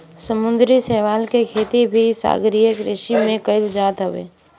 समुंदरी शैवाल के खेती भी सागरीय कृषि में कईल जात हवे